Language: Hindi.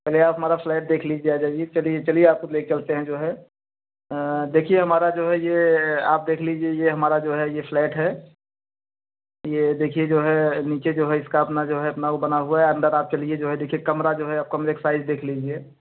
पहले आप हमारा फ्लैट देख लीजिए आ जाइए चलिए चलिए आपको ले चलते है जो है देखिए हमारा जो यह आप देख लीजिए यह हमारा जो है यह फ्लैट है यह देखिए जो है नीचे जो है इसका अपना जो है अपना वह बना हुआ है अंदर आप चलिए जो है देखिए कमरा जो है आप कमरे की साइज देख लीजिए